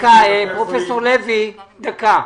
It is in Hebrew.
פרופ' לוי, דקה.